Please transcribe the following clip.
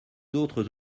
d’autres